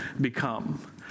become